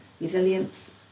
resilience